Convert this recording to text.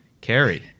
Carrie